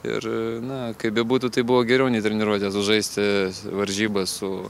ir na kaip bebūtų tai buvo geriau nei treniruotė sužaisti varžybas su